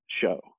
show